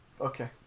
Okay